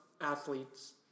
athletes